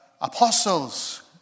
apostles